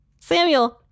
Samuel